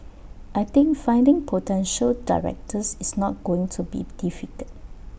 I think finding potential directors is not going to be difficult